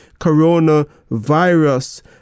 coronavirus